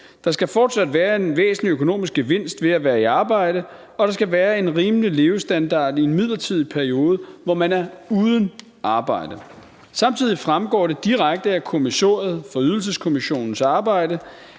Der skal fortsat være en væsentlig økonomisk gevinst ved at være i arbejde, og der skal være en rimelig levestandard i en midlertidig periode, hvor man er uden arbejde. Samtidig fremgår det direkte af kommissoriet for Ydelseskommissionens arbejde,